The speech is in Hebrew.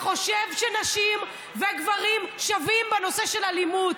וחושב שנשים וגברים שווים בנושא של אלימות.